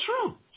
true